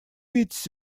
ведь